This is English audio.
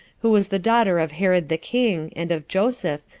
who was the daughter of herod the king, and of joseph,